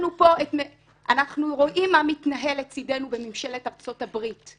אנחנו רואים מה מתנהל לצדנו בממשלת ארצות הברית.